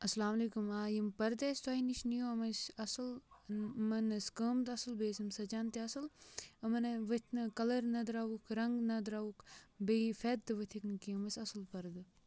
السَلامُ علیکُم آ یِم پَردٕ اَسہِ تۄہہِ نِش نِیو یِم ٲسۍ اَصٕل یِمَن ٲسۍ کٲم تہِ اَصٕل بیٚیہِ ٲسۍ یِم سَجان تہِ اَصٕل یِمَنَے ؤتھۍ نہٕ کَلَر نہ درٛاوُکھ رَنٛگ نہ درٛاوُکھ بیٚیہِ یہِ فیٚت تہِ ؤتھِکھ نہٕ کِہیٖنۍ یِم ٲسۍ اَصٕل پَردٕ